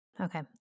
okay